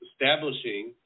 establishing